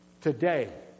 Today